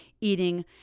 eating